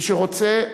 מי שרוצה,